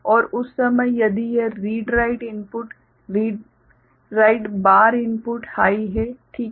और उस समय यदि यह read write input read write bar input high है ठीक है